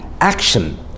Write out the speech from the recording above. action